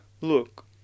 look